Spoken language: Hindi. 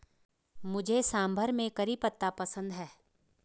मुझे सांभर में करी पत्ता पसंद है